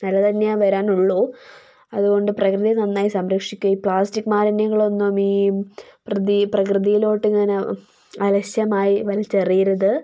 നല്ല തന്നെയാണ് വരാനുള്ളൂ അതുകൊണ്ട് പ്രകൃതി നന്നായി സംരക്ഷിക്കുക പ്ലാസ്റ്റിക്ക് മാലിന്യങ്ങൾ ഒന്നും ഈ പ്രകൃതിയിലോട്ട് ഇങ്ങനെ അലക്ഷ്യമായി വലിച്ചെറിയരുത്